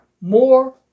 more